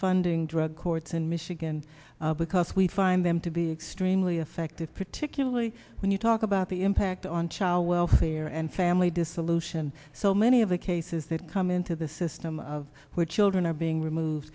funding drug courts in michigan because we find them to be extremely effective particularly when you talk about the impact on child welfare and family dissolution so many of the cases that come into the system of which children are being removed